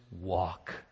walk